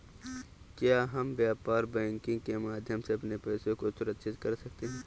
क्या हम व्यापार बैंकिंग के माध्यम से अपने पैसे को सुरक्षित कर सकते हैं?